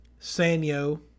Sanyo